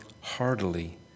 heartily